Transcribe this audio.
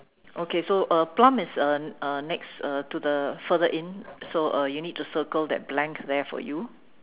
okay so uh plum is uh uh next uh to the further in so uh you need to circle that blank there for you